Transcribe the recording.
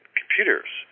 computers